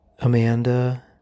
Amanda